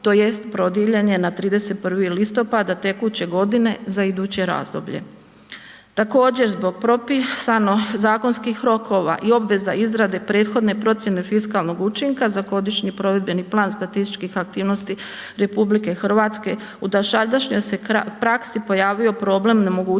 tj. produljen je na 31. listopada tekuće godine za iduće razdoblje. Također, zbog propisano zakonskih rokova i obveza izrade prethodne procjene fiskalnog učinka za godišnji provedbeni plan statističkih aktivnosti RH u dosadašnjoj se praksi pojavio problem nemogućnosti